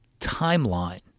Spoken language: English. timeline